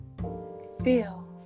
feel